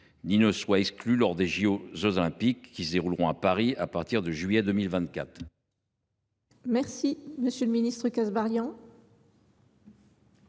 VTC ne soient exclus lors des jeux Olympiques qui se dérouleront à Paris à partir de juillet 2024